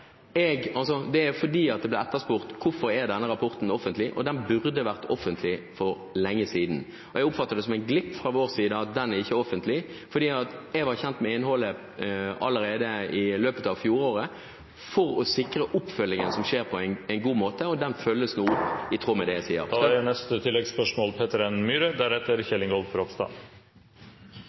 Det er fordi det er etterspurt hvorfor denne rapporten ikke er offentlig. Den burde vært offentlig for lenge siden. Jeg oppfatter det som en glipp fra vår side at den ikke er offentlig. Jeg var kjent med innholdet allerede i løpet av fjoråret. Jeg vil nå sikre at oppfølgingen skjer på en god måte i tråd med det jeg sier. Peter N. Myhre – til oppfølgingsspørsmål. Det er